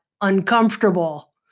uncomfortable